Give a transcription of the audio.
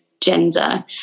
gender